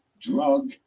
drug